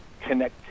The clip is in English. connectivity